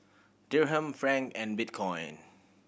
Dirham Franc and Bitcoin